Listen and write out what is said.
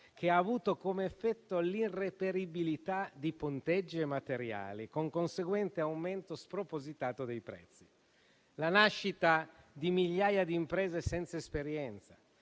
ciò ha avuto come effetto l'irreperibilità di ponteggi e materiali, con conseguente aumento spropositato dei prezzi; la nascita di migliaia di imprese senza esperienza;